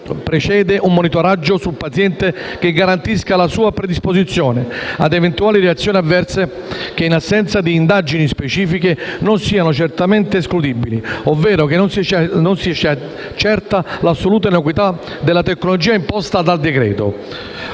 prevede un monitoraggio sul paziente che garantisca la sua predisposizione ad eventuali reazioni avverse che, in assenza di indagini specifiche, non siano certamente escludibili, ovvero che non sia certa l'assoluta innocuità della tecnologia imposta dal decreto-legge.